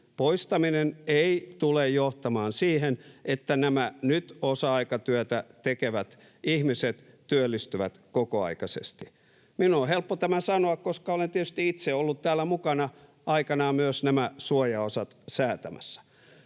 poistaminen ei tule johtamaan siihen, että nämä nyt osa-aikatyötä tekevät ihmiset työllistyvät kokoaikaisesti. Minun on helppo tämä sanoa, koska olen tietysti itse ollut täällä mukana aikanaan myös nämä suojaosat säätämässä.